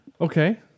Okay